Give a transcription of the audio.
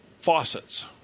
faucets